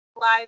live